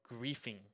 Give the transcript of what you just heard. griefing